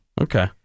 okay